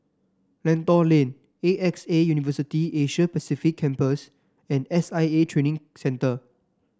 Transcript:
Lentor Lane A X A University Asia Pacific Campus and S I A Training Center